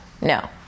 No